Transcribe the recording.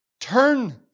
Turn